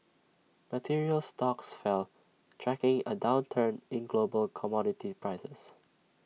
materials stocks fell tracking A downturn in global commodity prices